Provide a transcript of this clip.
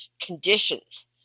conditions